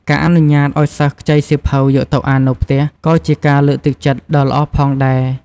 ការអនុញ្ញាតឱ្យសិស្សខ្ចីសៀវភៅយកទៅអាននៅផ្ទះ ក៏ជាការលើកទឹកចិត្តដ៏ល្អផងដែរ។